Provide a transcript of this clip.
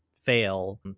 fail